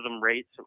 rates